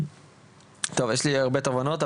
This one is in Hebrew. יש לי הרבה תובנות,